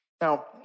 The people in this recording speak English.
Now